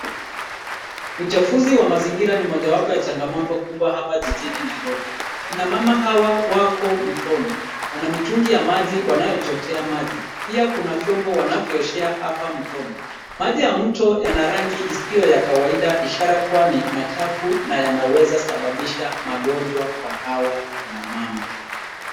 Uchafuzi wa mazingira ni mojawapo ya changamoto kubwa hapa jijini Nairobi. Kina mama hawa wako mtoni, wana mitungi ya maji wanayochotea maji. Pia kuna vyombo wanavyooshea hapa mtoni. Maji ya mto yana rangi isiyo ya kawaida, ishara kuwa ni machafu na yanaweza sababisha magonjwa kwa hawa kina mama.